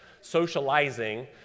socializing